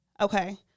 okay